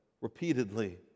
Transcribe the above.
repeatedly